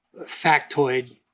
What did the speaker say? factoid